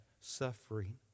suffering